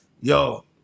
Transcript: Yo